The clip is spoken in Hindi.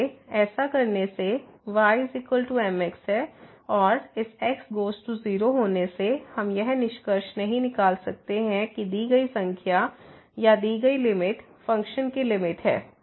इसलिए ऐसा करने से y mx है और इस x गोज़ टू 0होने से हम यह निष्कर्ष नहीं निकाल सकते हैं कि दी गई संख्या या दी गई लिमिट फ़ंक्शन की लिमिट है